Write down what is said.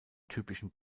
typischen